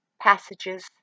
passages